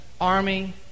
army